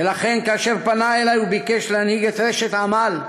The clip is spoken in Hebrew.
ולכן כאשר פנה אלי וביקש להנהיג את רשת "עמל"